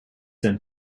then